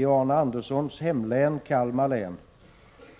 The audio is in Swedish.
I Arne Anderssons hemlän, Kalmar län,